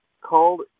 called